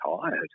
tired